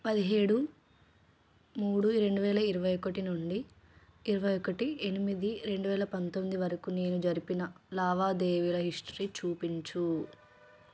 పదిహేడు మూడు రెండువేల ఇరవై ఒకటి నుండి ఇరవై ఒకటి ఎనిమిది రెండువేల పంతొమ్మిది వరకు నేను జరిపిన లావాదేవీల హిస్టరీ చూపించు